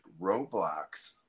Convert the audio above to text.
Roblox